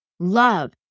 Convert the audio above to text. love